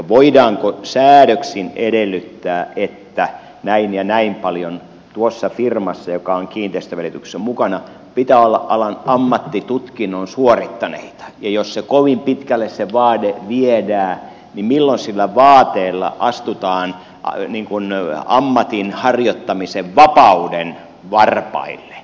voidaanko säädöksin edellyttää että näin ja näin paljon tuossa firmassa joka on kiinteistönvälityksessä mukana pitää olla alan ammattitutkinnon suorittaneita ja jos kovin pitkälle se vaade viedään niin milloin sillä vaateella astutaan ammatin harjoittamisen vapauden varpaille